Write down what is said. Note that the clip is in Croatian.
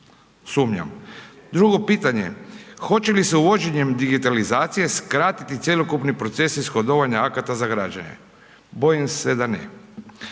Sumnjam. Drugo pitanje, hoće li se uvođenjem digitalizacije skratiti cjelokupni proces ishodovanje akata za građenje? Bojim se da ne.